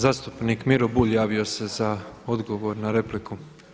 Zastupnik Miro Bulj javio se za odgovor na repliku.